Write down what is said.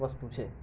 વસ્તુ છે